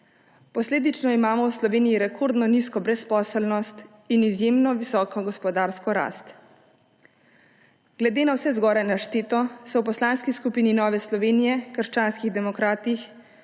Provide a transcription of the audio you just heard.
Posledično imamo v Sloveniji rekordno nizko brezposelnost in izjemno visoko gospodarsko rast. Glede na vse zgoraj našteto se v Poslanski skupini Nove Sloveniji− krščanskih demokratih